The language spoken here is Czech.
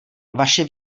vaše